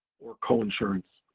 or coinsurance.